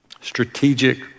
Strategic